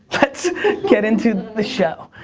let's get into the show.